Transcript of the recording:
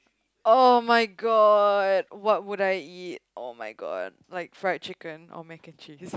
[oh]-my-god what would I eat [oh]-my-god like fried chicken or mac and cheese